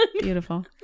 Beautiful